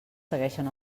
segueixen